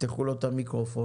תפתחו לו את המיקרופון.